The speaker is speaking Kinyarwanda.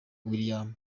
william